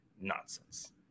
nonsense